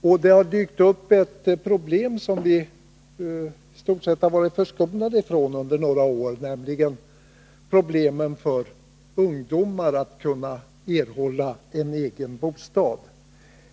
Och det har dykt upp ett problem som vi i stort sett varit förskonade ifrån under några år, nämligen problemen för ungdomarna att kunna erhålla egen bostad.